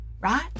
Right